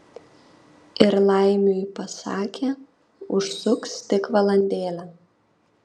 ir laimiui pasakė užsuks tik valandėlę